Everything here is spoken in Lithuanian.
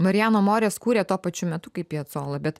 marijano morės kūrė tuo pačiu metu kaip piecola bet